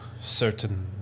certain